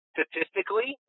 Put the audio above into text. Statistically